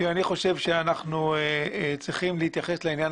אני חושב שאנחנו צריכים להתייחס לעניין